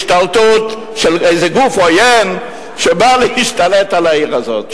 השתלטות של איזה גוף עוין שבא להשתלט על העיר הזאת.